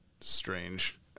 strange